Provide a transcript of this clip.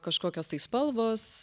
kažkokios tai spalvos